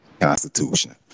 constitution